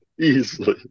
easily